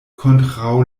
kontraŭ